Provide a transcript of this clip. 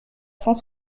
cent